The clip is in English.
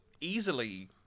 Easily